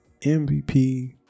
MVP